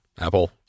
Apple